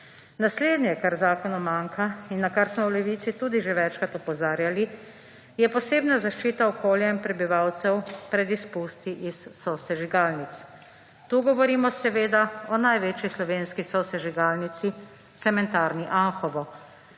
Naslednje, kar zakonu manjka in na kar smo v Levici tudi že večkrat opozarjali, je posebna zaščita okolja in prebivalcev pred izpusti iz sosežigalnic. Tu govorimo seveda o največji slovenski sosežigalnici Cementarni Anhovo.